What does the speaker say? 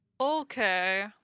Okay